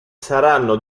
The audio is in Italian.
saranno